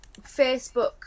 Facebook